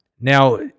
Now